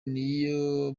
niyo